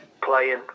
playing